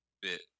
bit